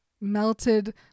melted